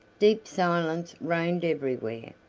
deep silence reigned everywhere,